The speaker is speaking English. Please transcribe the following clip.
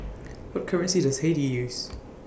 What currency Does Haiti use